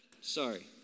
Sorry